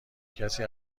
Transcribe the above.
کسی